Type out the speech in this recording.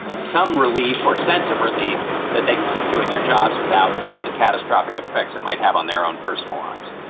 some relief or sense of relief that they can keep doing their jobs without the catastrophic effects it might have on their own personal lives